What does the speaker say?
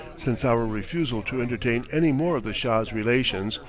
since our refusal to entertain any more of the shah's relations,